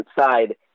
outside